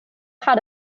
had